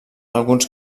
alguns